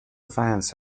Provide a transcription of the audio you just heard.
vans